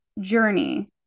journey